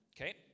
okay